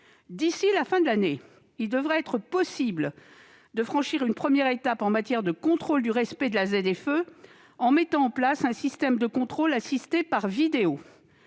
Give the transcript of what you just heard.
D'ici à la fin de l'année, il devrait être possible de franchir une première étape en matière de contrôle du respect de la ZFE, en mettant en place un système de contrôle assisté par vidéo.